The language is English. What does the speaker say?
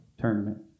tournament